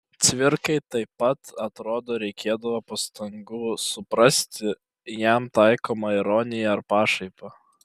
cvirkai taip pat atrodo reikėdavo pastangų suprasti jam taikomą ironiją ar pašaipą